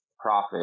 profit